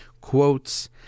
quotes